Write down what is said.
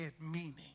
meaning